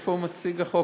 איפה מציע החוק?